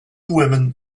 women